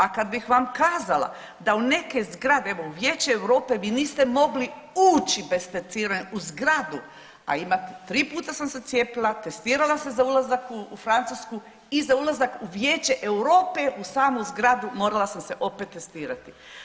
A kad bih vam kazala da u neke zgrade, evo Vijeće Europe vi niste mogli ući bez testiranja u zgradu, a tri puta sam se cijepila, testirala se za ulazak u Francusku i za ulazak u Vijeće Europe u samu zgradu morala sam se opet testirati.